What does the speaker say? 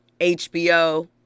HBO